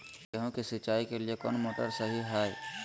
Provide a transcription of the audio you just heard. गेंहू के सिंचाई के लिए कौन मोटर शाही हाय?